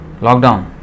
Lockdown